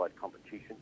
competition